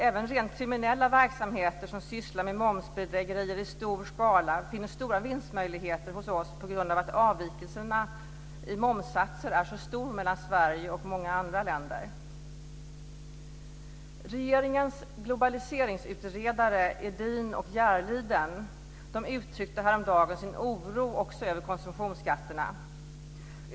Även rent kriminella verksamheter som sysslar med momsbedrägerier i stor skala finner stora vinstmöjligheter hos oss på grund av att avvikelserna i momssatser är så stor mellan Sverige och många andra länder. Regeringens globaliseringsutredare Edin och Järliden uttryckte häromdagen sin oro också över konsumtionsskatterna.